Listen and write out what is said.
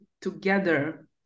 together